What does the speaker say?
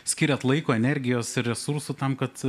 skiriate laiko energijos ir resursų tam kad